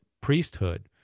priesthood